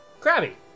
Crabby